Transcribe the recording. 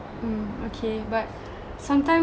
mm okay but sometimes